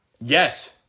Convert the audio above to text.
Yes